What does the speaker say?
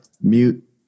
mute